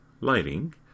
lighting